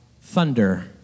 thunder